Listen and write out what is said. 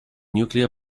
nuclear